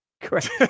Correct